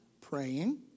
Praying